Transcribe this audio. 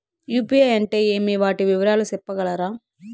UPI అంటే ఏమి? వాటి వివరాలు సెప్పగలరా?